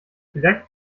vielleicht